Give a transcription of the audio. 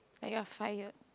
I got fired